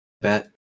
bet